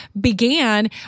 began